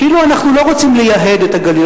כאילו אנחנו לא רוצים לייהד את הגליל,